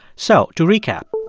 so to recap